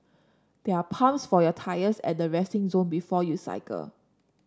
they are pumps for your tyres at the resting zone before you cycle